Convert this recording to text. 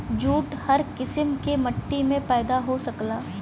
jute हर किसिम के मट्टी में पैदा हो सकला